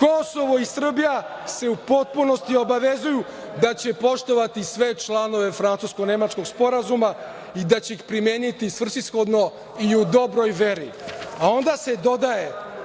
Kosovo i Srbija se u potpunosti obavezuju da će poštovati sve članove francusko-nemačkog sporazuma i da će ih primeniti svrsishodno i u dobroj veri. A onda se dodaje